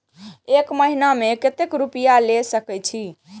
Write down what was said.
एक महीना में केते रूपया ले सके छिए?